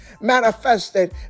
manifested